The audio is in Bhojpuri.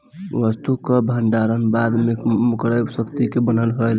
वस्तु कअ भण्डारण बाद में क्रय शक्ति के बनवले रहेला